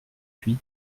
huit